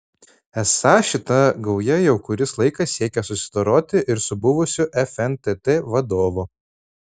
esą šita gauja jau kuris laikas siekia susidoroti ir su buvusiu fntt vadovu